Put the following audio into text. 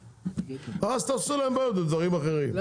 אז תעשו להם בעיות בדברים אחרים,